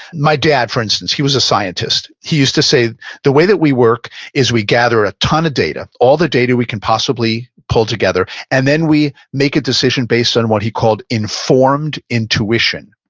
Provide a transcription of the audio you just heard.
my dad for instance, he was a scientist. he used to say the way that we work is we gather a ton of data, all the data we can possibly pull together, and then we make a decision based on what he called informed intuition.